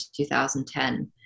2010